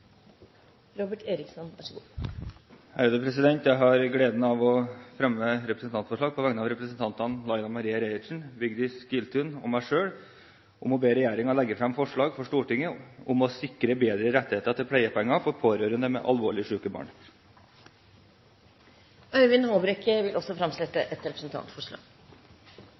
Robert Eriksson vil framsette et representantforslag. Jeg har gleden av å fremme representantforslag på vegne av representantene Laila Marie Reiertsen, Vigdis Giltun og meg selv om å sikre bedre rettigheter til pleiepenger for pårørende med «alvorlig syke barn». Representanten Øyvind Håbrekke vil framsette et representantforslag.